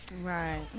Right